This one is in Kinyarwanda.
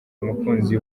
umukunzi